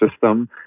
system